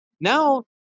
Now